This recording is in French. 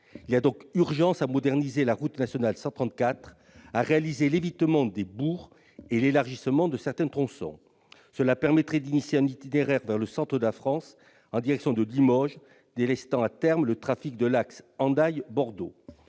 Il y a donc urgence à moderniser la route nationale 134, à réaliser l'évitement des bourgs et l'élargissement de certains tronçons. Cela permettrait d'ouvrir un itinéraire vers le centre de la France, en direction de Limoges, délestant à terme le trafic supporté sur l'axe Hendaye-Bordeaux.